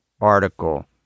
article